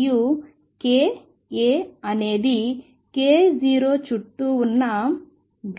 మరియు ఈ k a అనేది k0 చుట్టూ ఉన్న